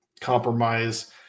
compromise